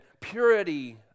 purity